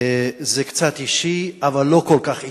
אדוני היושב-ראש, זה קצת אישי אבל לא כל כך אישי.